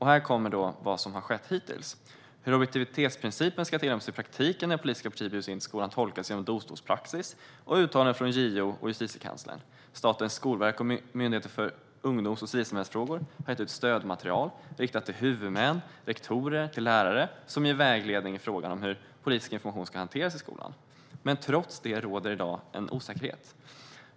Här kommer det som har skett hittills: "Hur objektivitetsprincipen ska tillämpas i praktiken när politiska partier bjuds in till skolan har tolkats genom domstolspraxis och uttalanden från Justitieombudsmannen och Justitiekanslern. Statens skolverk, och Myndigheten för ungdoms och civilsamhällesfrågor har gett ut stödmaterial, riktat till huvudmän, rektorer och lärare, som ger vägledning i frågan om hur politisk information ska hanteras i skolan. Trots det råder det i dag en osäkerhet."